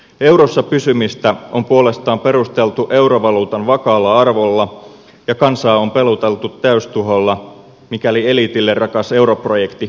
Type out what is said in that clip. eurossa pysymistä on puolestaan perusteltu eurovaluutan vakaalla arvolla ja kansaa on peloteltu täystuholla mikäli eliitille rakas europrojekti epäonnistuisi